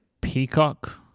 Peacock